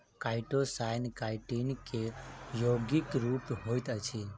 chitosan chitin के यौगिक रूप होइत अछि